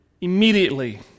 Immediately